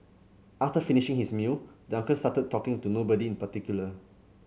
after finishing his meal the uncle started talking to nobody in particular